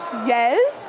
yes,